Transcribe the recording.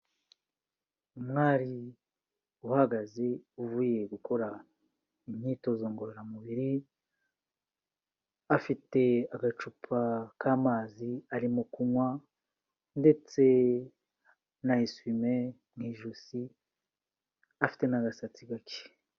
Umwari uhagaze uvuye gukora imyitozo ngororamubiri, afite agacupa k'amazi arimo kunywa, ndetse na esime mu ijosi afite n'agasatsi gake.